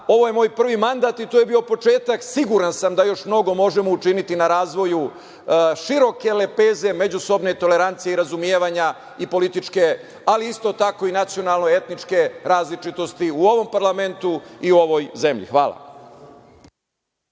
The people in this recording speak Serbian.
ovo je moj prvi mandat i to je bio početak, a siguran sam da još mnogo možemo učiniti na razvoju široke lepeze međusobne i tolerancije i razumevanja političke, ali isto tako i nacionalno-etničke različitosti u ovom parlamentu i u ovoj zemlji. Hvala.